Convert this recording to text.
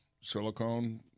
silicone